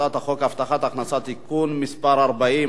הצעת חוק הבטחת הכנסה (תיקון מס' 40),